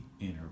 inner